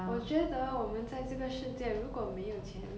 我觉得我们在这个世界如果没有钱